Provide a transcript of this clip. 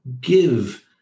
give